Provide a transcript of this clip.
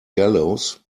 gallows